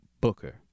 booker